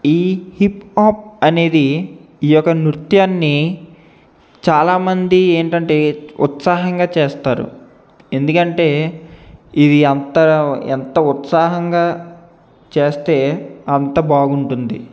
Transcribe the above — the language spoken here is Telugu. ఈ హిప్ అప్ అనేది ఈ యొక్క నృత్యాన్ని చాలామంది ఏంటంటే ఉత్సాహంగా చేస్తారు ఎందుకంటే ఇది అంతా ఎంత ఉత్సాహంగా చేస్తే అంత బాగుంటుంది